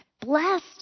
Blessed